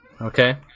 okay